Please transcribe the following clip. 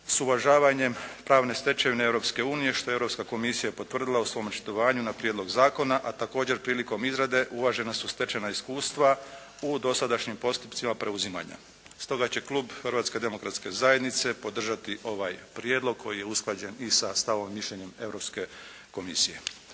s uvažavanjem pravne stečevine Europske unije što je Europska komisija potvrdila u svom očitovanju na Prijedlog zakona a također prilikom izrade uvažena su stečena iskustva u dosadašnjim postupcima preuzimanja. Stoga će Klub Hrvatske demokratske zajednice podržati ovaj prijedlog koji je usklađen i sa stavom i mišljenjem Europske komisije.